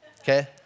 okay